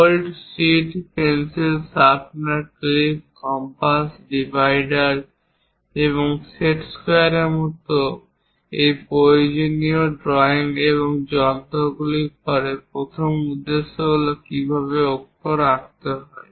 bold sheet pencil sharpener clip compass divider এবং set স্কোয়ারের মতো এই প্রয়োজনীয় ড্রয়িং যন্ত্রগুলির পরে প্রথম উদ্দেশ্য হল কীভাবে অক্ষর আঁকতে হয়